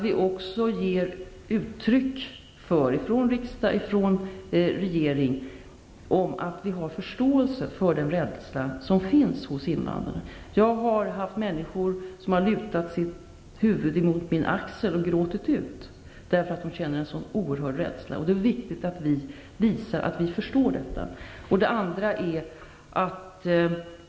Vi ger från riksdag och regering uttryck för att vi har förståelse för den rädsla som finns hos invandrare. Människor har lutat sitt huvud mot min axel och gråtit ut, därför att de känner en så oerhört stor rädsla. Det är viktigt att vi visar att vi förstår detta.